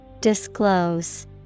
Disclose